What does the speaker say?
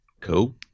Cool